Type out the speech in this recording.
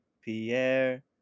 Pierre